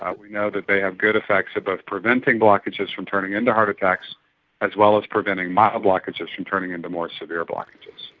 we know that they have good effects at both preventing blockages from turning into heart attacks as well as preventing mild blockages from turning into more severe blockages.